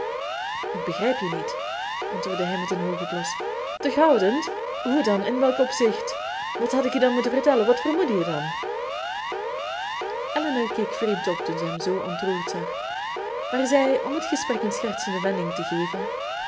ik begrijp je niet antwoordde hij met een hoogen blos terughoudend hoe dan in welk opzicht wat had ik je dan moeten vertellen wat vermoedde je dan elinor keek vreemd op toen zij hem zoo ontroerd zag maar zei om het gesprek een schertsende wending te geven